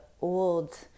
old